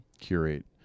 Curate